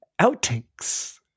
outtakes